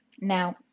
Now